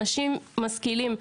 אנשים משכילים,